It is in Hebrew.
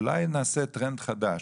אולי נעשה טרנד חדש,